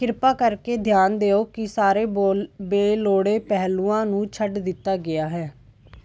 ਕਿਰਪਾ ਕਰਕੇ ਧਿਆਨ ਦਿਓ ਕਿ ਸਾਰੇ ਬੋਲ ਬੇਲੋੜੇ ਪਹਿਲੂਆਂ ਨੂੰ ਛੱਡ ਦਿੱਤਾ ਗਿਆ ਹੈ